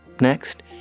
Next